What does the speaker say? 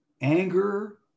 anger